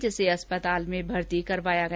जिसे आज अस्पताल में भर्ती करवाया गया